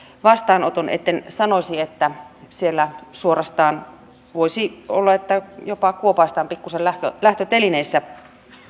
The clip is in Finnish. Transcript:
vastaanoton etten sanoisi että siellä suorastaan voisi olla jopa kuopaistaan pikkusen lähtötelineissä